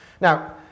Now